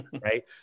Right